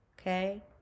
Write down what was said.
okay